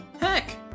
Heck